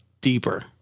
deeper